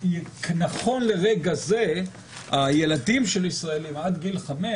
נכון לרגע זה הילדים של ישראלים עד גיל 5,